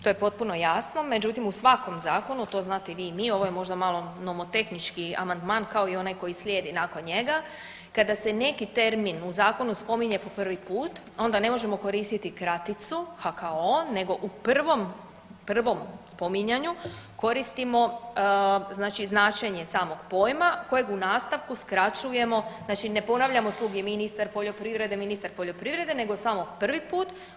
To je potpuno jasno, međutim u svakom zakonu, to znate i vi i mi, ovo je možda malo nomotehnički amandman kao i onaj koji slijedi nakon njega kada se neki termin u zakonu spominje po prvi put onda ne možemo koristiti kraticu HKO, nego u prvom spominjanju koristimo, znači značenje samog pojma kojeg u nastavku skraćujemo znači ne ponavljamo svugdje ministar poljoprivrede, ministar poljoprivrede nego samo prvi put.